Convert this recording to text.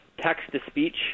text-to-speech